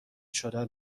شدن